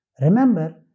Remember